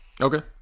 Okay